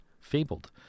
Fabled